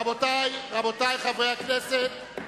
רבותי, רבותי חברי הכנסת,